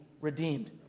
redeemed